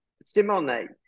Simone